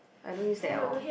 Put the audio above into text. I don't use that at all